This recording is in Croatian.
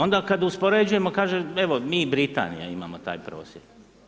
Onda kad uspoređujemo kaže mi i Britanija imamo taj prosjek.